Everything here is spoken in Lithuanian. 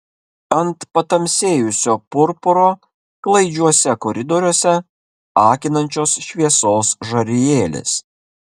ant patamsėjusio purpuro klaidžiuose koridoriuose akinančios šviesos žarijėlės